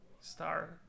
Star